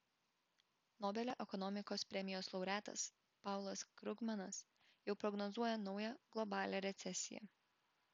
nobelio ekonomikos premijos laureatas paulas krugmanas jau prognozuoja naują globalią recesiją